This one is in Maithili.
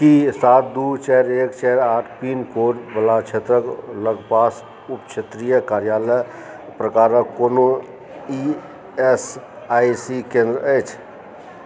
की सात दू चारि एक चारि आठ तीन पिन कोड वला क्षेत्रक लगपास उप क्षेत्रीय कर्यालय प्रकारक कोनो ई एस आई सी केंद्र अछि